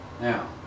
Now